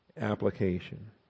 application